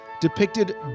depicted